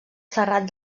serrat